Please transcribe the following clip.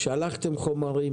שלחתם חומרים,